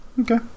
Okay